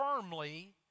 firmly